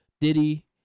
Diddy